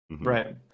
right